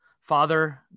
Father